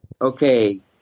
Okay